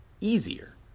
easier